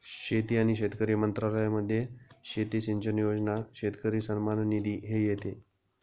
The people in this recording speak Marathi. शेती आणि शेतकरी मंत्रालयामध्ये शेती सिंचन योजना, शेतकरी सन्मान निधी हे येते